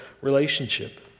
relationship